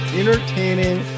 entertaining